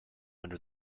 under